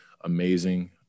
amazing